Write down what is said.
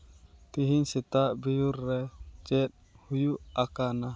ᱛᱮᱦᱤᱧ ᱥᱮᱛᱟᱜ ᱵᱮᱭᱩᱨ ᱨᱮ ᱪᱮᱫ ᱦᱩᱭ ᱟᱠᱟᱱᱟ